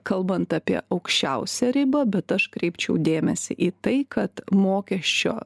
kalbant apie aukščiausią ribą bet aš kreipčiau dėmesį į tai kad mokesčio